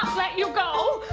let you go